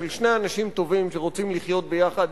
שני אנשים טובים שרוצים לחיות יחד,